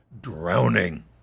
drowning